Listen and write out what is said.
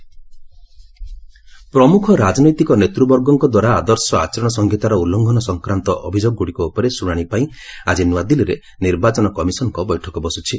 EC MCC meet ପ୍ରମୁଖ ରାଜନୈତିକ ନେତୃବର୍ଗଙ୍କ ଦ୍ୱାରା ଆଦର୍ଶ ଆଚରଣ ସଂହିତାର ଉଲ୍ଲଙ୍ଘନ ସଂକ୍ରାନ୍ତ ଅଭିଯୋଗଗୁଡ଼ିକ ଉପରେ ଶୁଣାଣି ପାଇଁ ଆଜି ନୂଆଦିଲ୍ଲୀରେ ନିର୍ବାଚନ କମିଶନ୍ଙ୍କ ବୈଠକ ବସୁଛି